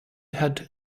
had